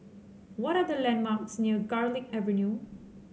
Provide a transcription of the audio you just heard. what are the landmarks near Garlick Avenue